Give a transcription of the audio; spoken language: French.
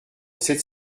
sept